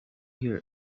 here